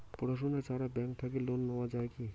পড়াশুনা ছাড়া ব্যাংক থাকি লোন নেওয়া যায় কি?